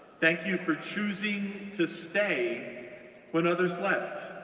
thank you for choosing to stay when others left,